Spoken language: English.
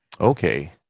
Okay